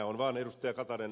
on vaan ed